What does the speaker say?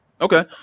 Okay